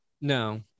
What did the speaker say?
no